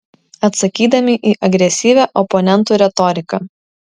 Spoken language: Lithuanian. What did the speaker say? atsakydami į agresyvią oponentų retoriką